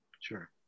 Sure